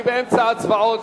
אני באמצע הצבעות,